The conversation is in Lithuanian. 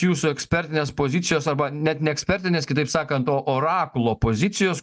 jūsų ekspertinės pozicijos arba net ne ekspertinės kitaip sakant o orakulo pozicijos